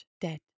dead